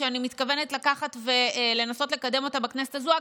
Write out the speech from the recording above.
שאני מתכוונת לקחת ולנסות לקדם אותה בכנסת הזו.